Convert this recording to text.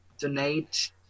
donate